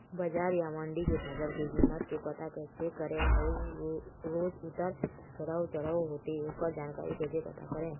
बजार या मंडी के फसल के कीमत के पता कैसे करें अऊ रोज उतर चढ़व चढ़व होथे ओकर जानकारी कैसे पता करें?